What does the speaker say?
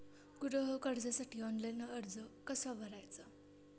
गृह कर्जासाठी ऑनलाइन अर्ज कसा भरायचा?